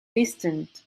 listened